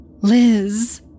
Liz